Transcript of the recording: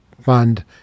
fund